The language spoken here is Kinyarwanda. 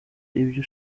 ibyo